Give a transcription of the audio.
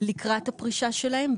לקראת הפרישה להם,